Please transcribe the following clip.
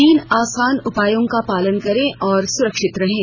तीन आसान उपायों का पालन करें और सुरक्षित रहें